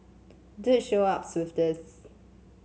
dude show up with this